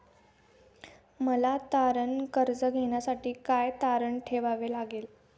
मला तारण कर्ज घेण्यासाठी काय तारण ठेवावे लागेल?